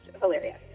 hilarious